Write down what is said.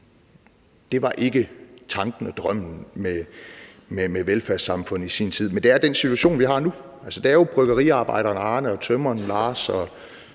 Det var ikke tanken med og drømmen om velfærdssamfundet i sin tid, men det er den situation, vi har nu. Altså, det er jo bryggeriarbejderen Arne og tømreren Lars og